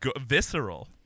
visceral